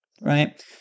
Right